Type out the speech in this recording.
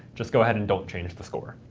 just go ahead and don't change the score.